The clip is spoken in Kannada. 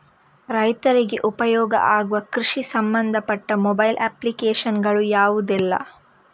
ರೈತರಿಗೆ ಉಪಯೋಗ ಆಗುವ ಕೃಷಿಗೆ ಸಂಬಂಧಪಟ್ಟ ಮೊಬೈಲ್ ಅಪ್ಲಿಕೇಶನ್ ಗಳು ಯಾವುದೆಲ್ಲ?